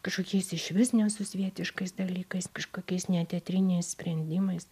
kažkokiais išvis nesusvietiškais dalykais kažkokiais neteatriniais sprendimais